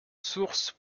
sources